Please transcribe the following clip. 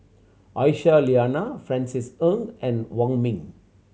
Aisyah Lyana Francis Ng and Wong Ming